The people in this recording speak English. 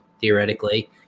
theoretically